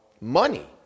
money